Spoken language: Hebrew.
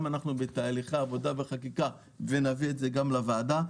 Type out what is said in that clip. אנחנו בתהליך העבודה בחקיקה ונביא את זה לוועדה.